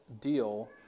deal